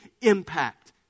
impact